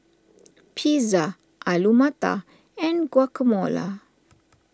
Pizza Alu Matar and Guacamole